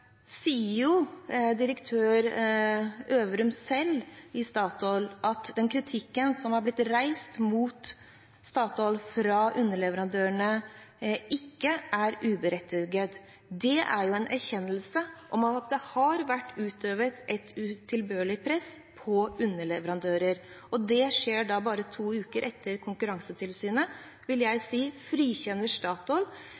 direktør Øvrum i Statoil selv at den kritikken som ble reist mot Statoil fra underleverandørene, ikke var uberettiget. Det er jo en erkjennelse av at det har vært utøvet et utilbørlig press på underleverandører, og det skjer da bare to uker etter at Konkurransetilsynet – vil